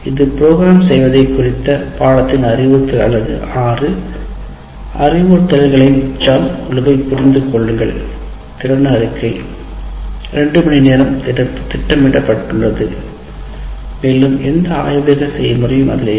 இது ப்ரோக்ராம் செய்வதை குறித்த பாடத்தின் அறிவுறுத்தல் பிரிவு 6 "அறிவுறுத்தல்களின் ஜம்ப் குழுவைப் புரிந்து கொள்ளுங்கள்" திறன் அறிக்கை 2 மணி நேரம் திட்டமிடப்பட்டுள்ளது மேலும் எந்த ஆய்வக செய்முறையும் இல்லை